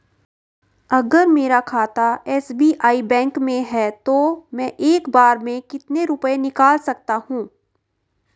अगर मेरा खाता एस.बी.आई बैंक में है तो मैं एक बार में कितने रुपए निकाल सकता हूँ?